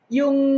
yung